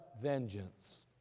vengeance